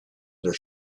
their